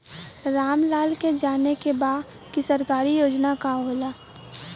राम लाल के जाने के बा की सरकारी योजना का होला?